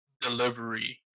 delivery